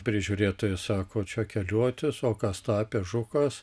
prižiūrėtojas sako čia keliuotis o kas tapė žukas